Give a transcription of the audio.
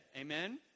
Amen